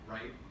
Right